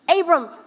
Abram